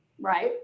Right